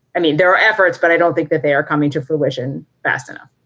i mean, there are efforts, but i don't think that they are coming to fruition fast enough